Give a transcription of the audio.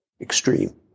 extreme